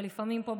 אבל לפעמים פה,